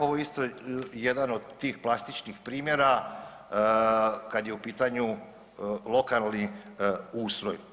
Ovo je isto jedan od tih plastičnih primjera kad je u pitanju lokalni ustroj.